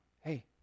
Hey